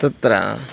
तत्र